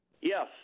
Yes